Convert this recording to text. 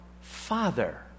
Father